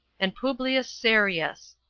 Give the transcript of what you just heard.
and publius serius.